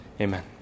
amen